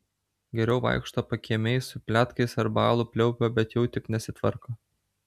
geriau vaikšto pakiemiais su pletkais arba alų pliaupia bet jau tik nesitvarko